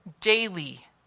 daily